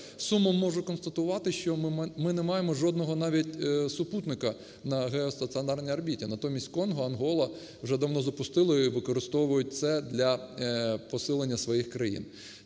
сумом можу констатувати, що не маємо жодного навіть супутника на геостаціонарній орбіті. Натомість Конго, Ангола вже давно запустили і використовують це для посилення своїх країн.